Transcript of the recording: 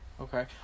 Okay